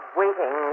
waiting